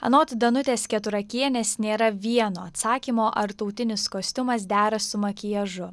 anot danutės keturakienės nėra vieno atsakymo ar tautinis kostiumas dera su makiažu